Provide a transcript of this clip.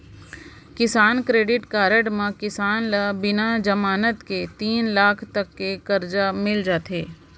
किसान credit card म किसान ल बिना जमानत के तीन लाख तक के करजा मिल जाथे